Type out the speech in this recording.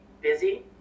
busy